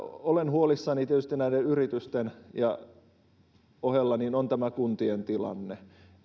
olen huolissani tietysti näiden yritysten ohella on tämä kuntien tilanne